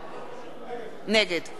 נגד סופה לנדבר,